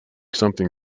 something